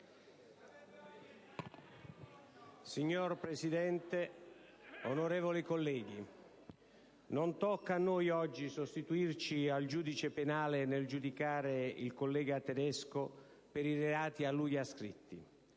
Signor Presidente, onorevoli colleghi, non tocca a noi oggi sostituirci al giudice penale nel giudicare il collega Tedesco per i reati a lui ascritti.